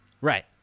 Right